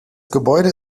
gebäude